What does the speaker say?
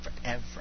Forever